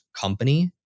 company